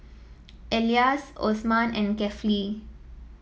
Elyas Osman and Kefli